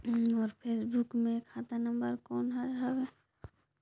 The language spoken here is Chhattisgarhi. मोर पासबुक मे खाता नम्बर कोन हर हवे?